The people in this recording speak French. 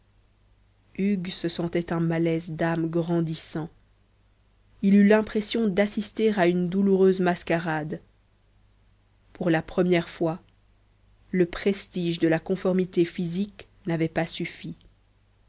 hugues se sentait un malaise d'âme grandissant il eut l'impression d'assister à une douloureuse mascarade pour la première fois le prestige de la conformité physique n'avait pas suffi